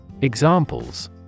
Examples